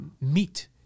meat